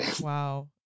Wow